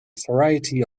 variety